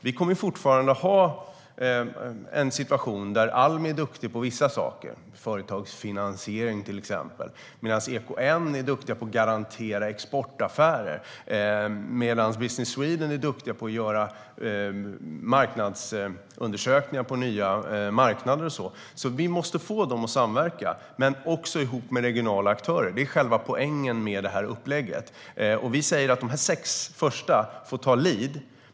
Vi kommer fortsatt att ha en situation där Almi är duktiga på vissa saker, till exempel företagsfinansiering, medan EKN är duktiga på att garantera exportaffärer och Business Sweden är duktiga på att göra marknadsundersökningar på nya marknader. Vi måste få dem att samverka men också med regionala aktörer. Det är själva poängen med det här upplägget. Vi säger att de sex första får ta lead.